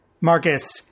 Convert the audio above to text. Marcus